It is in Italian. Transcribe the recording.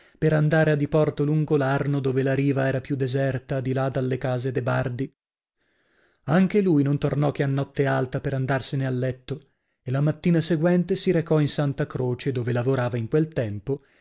per andare a diporto lungo l'arno dove la riva era più deserta di là dalle case de bardi anche lui non tornò che a notte alta per andarsene a letto e la mattina seguente si recò in santa croce dova lavorava in quel tempo